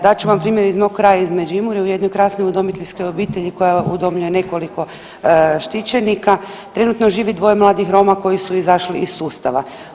Dat ću vam primjer iz mog kraja, iz Međimurja, u jednoj krasnoj udomiteljskoj obitelji koja udomljuje nekoliko štićenika, trenutno živi dvoje mladih Roma koji su izašli iz sustava.